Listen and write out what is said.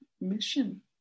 mission